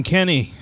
Kenny